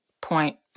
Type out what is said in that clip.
point